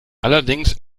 allerdings